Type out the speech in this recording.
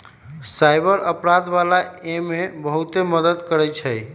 cyber अपराध वाला एमे बहुते मदद करई छई